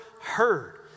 heard